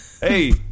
Hey